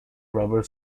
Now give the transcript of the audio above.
rubber